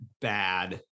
bad